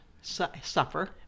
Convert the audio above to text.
suffer